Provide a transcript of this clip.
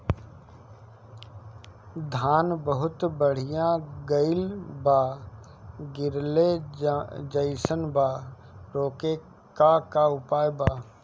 धान बहुत बढ़ गईल बा गिरले जईसन बा रोके क का उपाय बा?